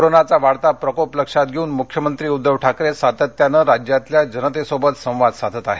कोरोनाचा वाढता प्रकोप लक्षात घेऊन मुख्यमंत्री उद्घव ठाकरे सातत्यानं राज्यातल्या जनतेशी संवाद साधत आहेत